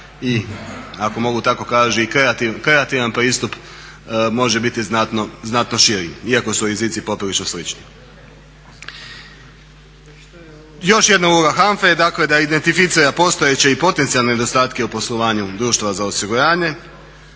i ako mogu tako kazati i kreativan pristup može biti znatno širi iako su rizici poprilično slični. Još jedna uloga HANFA-e je dakle da identificira postojeće i potencijalne nedostatke u poslovanju društava za osiguranje.